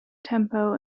tempo